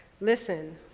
Listen